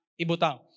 ibutang